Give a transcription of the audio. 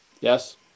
yes